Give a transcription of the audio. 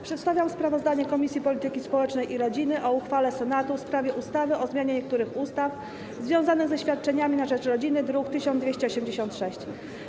Przedstawiam sprawozdanie Komisji Polityki Społecznej i Rodziny o uchwale Senatu w sprawie ustawy o zmianie niektórych ustaw związanych ze świadczeniami na rzecz rodziny, druk nr 1286.